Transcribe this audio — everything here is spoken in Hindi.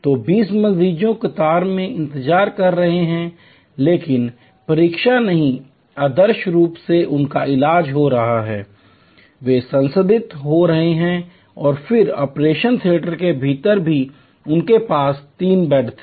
तो 20 मरीज कतार में इंतजार कर रहे हैं लेकिन प्रतीक्षा नहीं आदर्श रूप से उनका इलाज हो रहा है वे संसाधित हो रहे हैं और फिर ऑपरेशन थियेटर के भीतर भी उनके पास 3 बेड थे